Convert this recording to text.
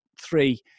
three